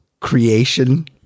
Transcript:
creation